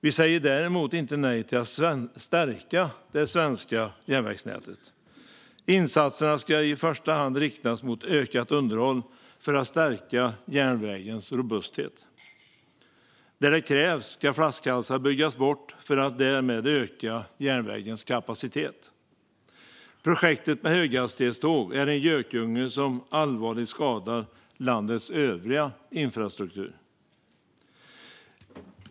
Vi säger däremot inte nej till att stärka det svenska järnvägsnätet. Insatserna ska i första hand riktas mot ökat underhåll för att stärka järnvägens robusthet. Där det krävs ska flaskhalsar byggas bort för att därmed öka järnvägens kapacitet. Projektet med höghastighetståg är en gökunge som allvarligt skadar landets övriga infrastruktur.